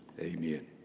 Amen